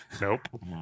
Nope